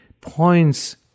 points